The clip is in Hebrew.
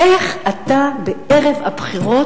איך אתה בערב הבחירות,